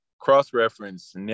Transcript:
Cross-reference